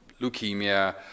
leukemia